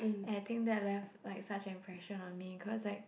and I think that left like such an impression on me cause like